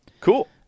Cool